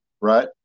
right